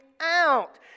out